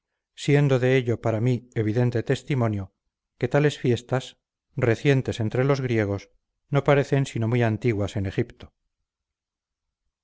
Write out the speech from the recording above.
siendo de ello para mí evidente testimonio que tales fiestas recientes entre los griegos no parecen sino muy antiguas en egipto